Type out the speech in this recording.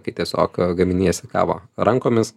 kai tiesiog gaminiesi kavą rankomis